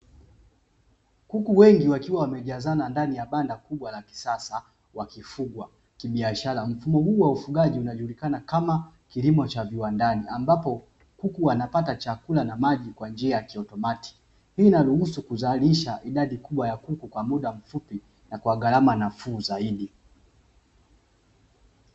Kuku wengi wakiwa wamejazana ndani ya banda kubwa la kisasa wakifugwa kibiashara. Mfumo huu wa ufugaji unajulikana kama kilimo cha viwandani ambapo kuku wanapata chakula na maji kwa njia ya kiutomatiki. Hii inaruhusu kuzalisha idadi kubwa ya kuku kwa muda mfupi na kwa gharama nafuu zaidi.